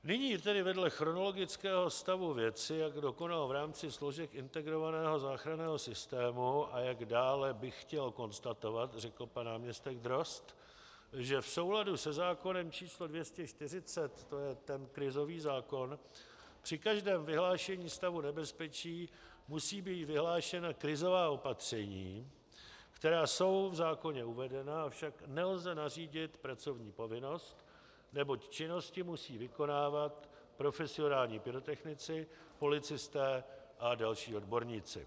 Nyní tedy vedle chronologického stavu věci, jak kdo konal v rámci složek integrovaného záchranného systému a jak dále bych chtěl konstatovat, řekl pan náměstek Drozd, že v souladu se zákonem č. 240, to je ten krizový zákon, při každém vyhlášení stavu nebezpečí musí být vyhlášena krizová opatření, která jsou v zákoně uvedena, avšak nelze nařídit pracovní povinnost, neboť činnosti musí vykonávat profesionální pyrotechnici, policisté a další odborníci.